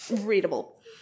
readable